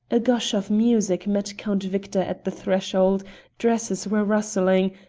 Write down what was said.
a gush of music met count victor at the threshold dresses were rustling,